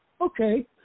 okay